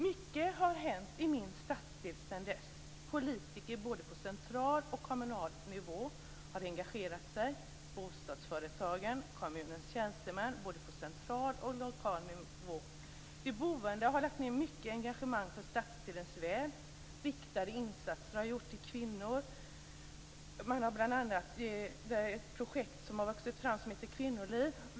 Mycket har hänt i min stadsdel sedan dess. Politiker både på central och kommunal nivå har engagerat sig liksom bostadsföretagen och kommunens tjänstemän både på central och lokal nivå. De boende har lagt ned mycket engagemang för stadsdelens väl. Riktade insatser har gjorts till kvinnor. Bl.a. har ett projekt som heter kvinnoliv har vuxit fram.